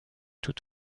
tout